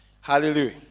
Hallelujah